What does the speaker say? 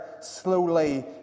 slowly